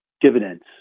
dividends